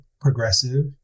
Progressive